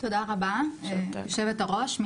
תודה רבה ליושבת הראש.